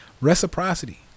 Reciprocity